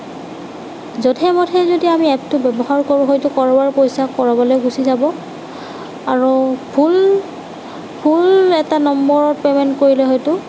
জধে মধে যদি আমি এপটো ব্যৱহাৰ কৰোঁ হয়টো ক'ৰবাৰ পইচা ক'ৰবালৈ গুচি যাব আৰু ভুল ভুল এটা নম্বৰত পেমেণ্ট কৰিলে হয়টো